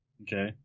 Okay